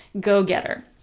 go-getter